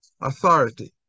authority